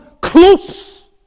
close